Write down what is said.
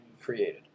created